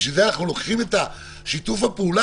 בשביל זה אנחנו לוקחים את שיתוף הפעולה